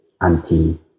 anti